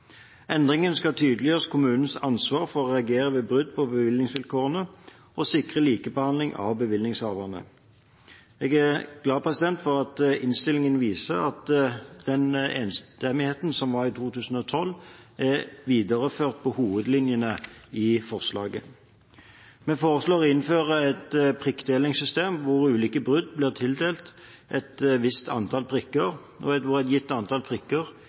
Endringen skal tydeliggjøre kommunenes ansvar for å reagere ved brudd på bevillingsvilkårene og sikre likebehandling av bevillingshavere. Jeg er glad for at innstillingen viser at den enstemmigheten som var i 2012, er videreført i hovedlinjene i forslaget. Vi foreslår å innføre et prikktildelingssystem hvor ulike brudd blir tildelt et visst antall prikker, og hvor et gitt antall prikker